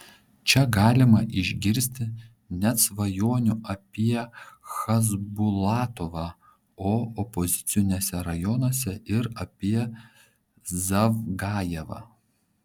čia galima išgirsti net svajonių apie chasbulatovą o opoziciniuose rajonuose ir apie zavgajevą